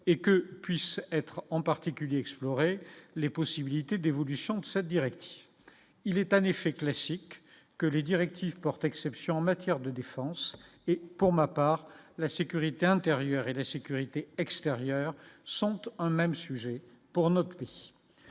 et que puisse être en particulier explorer les possibilités d'évolution de cette directive, il est un effet classique que les directives portent exception en matière de défense et pour ma part la sécurité intérieure et de la sécurité extérieure sont un même sujet pour notre pays,